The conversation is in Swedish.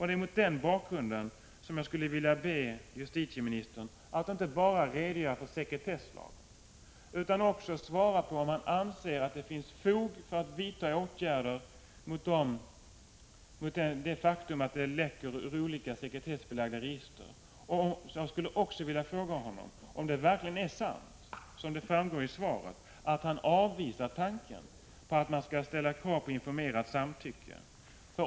Det är mot den bakgrunden som jag skulle vilja be justitieministern att inte bara redogöra för sekretesslagen utan också svara på om det finns fog för att vidta åtgärder mot läckage från olika sekretessbelagda register. Jag vill också fråga om det verkligen är sant, vilket framgår av svaret, att han avvisar tanken på att man skall ställa krav på informerat samtycke.